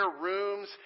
rooms